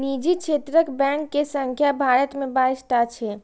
निजी क्षेत्रक बैंक के संख्या भारत मे बाइस टा छै